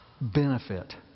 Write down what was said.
benefit